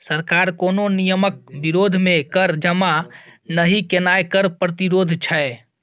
सरकार कोनो नियमक विरोध मे कर जमा नहि केनाय कर प्रतिरोध छै